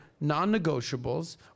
non-negotiables